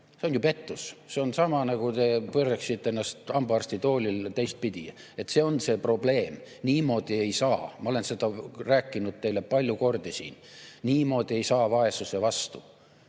see on ju pettus. See on sama, nagu te pööraksite ennast hambaarstitoolil teistpidi. See on see probleem. Niimoodi ei saa. Ma olen seda rääkinud teile palju kordi siin, et niimoodi ei saa vaesuse vastu.